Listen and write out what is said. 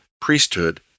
priesthood